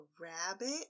rabbit